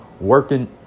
working